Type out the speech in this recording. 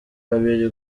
babiri